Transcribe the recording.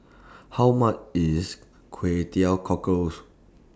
How much IS Kway Teow Cockles